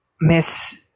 miss